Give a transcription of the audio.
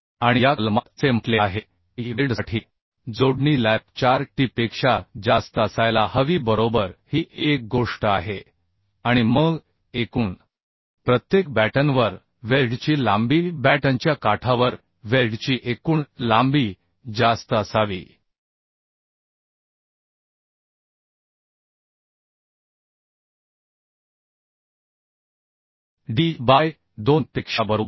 आणि या कलमात असे म्हटले आहे की वेल्डसाठी जोडणी लॅप 4 टी पेक्षा जास्त असायला हवी बरोबर ही एक गोष्ट आहे आणि मग एकूण प्रत्येक बॅटनवर वेल्डची लांबी बॅटनच्या काठावर वेल्डची एकूण लांबी जास्त असावी D बाय 2 पेक्षा बरोबर